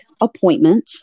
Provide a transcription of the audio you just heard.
appointment